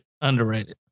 Underrated